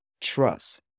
trust